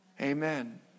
Amen